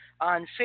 on